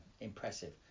impressive